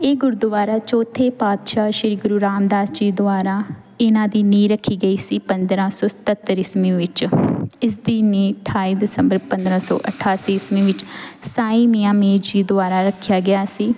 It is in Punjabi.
ਇਹ ਗੁਰਦੁਆਰਾ ਚੌਥੇ ਪਾਤਸ਼ਾਹ ਸ਼੍ਰੀ ਗੁਰੂ ਰਾਮਦਾਸ ਜੀ ਦੁਆਰਾ ਇਹਨਾਂ ਦੀ ਨੀਂਹ ਰੱਖੀ ਗਈ ਸੀ ਪੰਦਰ੍ਹਾਂ ਸੌ ਸਤੱਤਰ ਈਸਵੀਂ ਵਿੱਚ ਇਸਦੀ ਨੀਂਹ ਅਠਾਈ ਦਸੰਬਰ ਪੰਦਰ੍ਹਾਂ ਸੌ ਅਠਾਸੀ ਈਸਵੀ ਵਿੱਚ ਸਾਈਂ ਮੀਆਂ ਮੀਰ ਜੀ ਦੁਆਰਾ ਰੱਖਿਆ ਗਿਆ ਸੀ